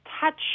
touch